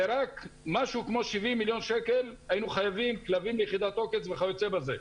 רק כ-70 מיליון שקל כי היינו חייבים כלבים ליחידת עוקץ וכיוצא בזה.